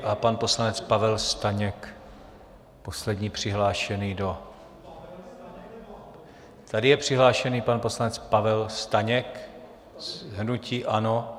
A pan poslanec Pavel Staněk, poslední přihlášený do... tady je přihlášený pan poslanec Pavel Staněk z hnutí ANO.